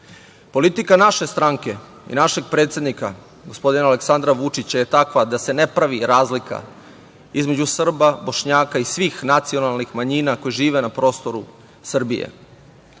vremena. Politika naše stranke i našeg predsednika, gospodina Aleksandra Vučića je takva da se ne pravi razlika između Srba, Bošnjaka i svih nacionalnih manjina koji žive na prostoru Srbije.